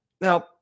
Now